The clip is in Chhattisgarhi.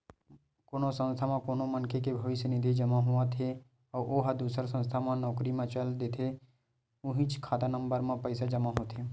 कोनो संस्था म कोनो मनखे के भविस्य निधि जमा होत हे अउ ओ ह दूसर संस्था म नउकरी म चल देथे त उहींच खाता नंबर म पइसा जमा होथे